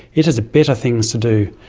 it has better things to do.